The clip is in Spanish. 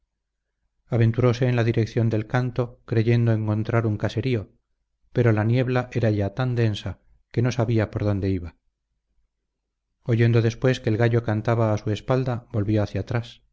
aventurose en la dirección del canto creyendo encontrar un caserío pero la niebla era ya tan densa que no sabía por dónde iba oyendo después que el gallo cantaba a su espalda volvió hacia atrás